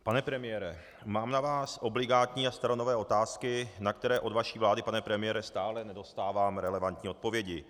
Pane premiére, mám na vás obligátní a staronové otázky, na které od vaší vlády, pane premiére, stále nedostávám relevantní odpovědi.